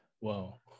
Wow